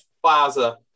Plaza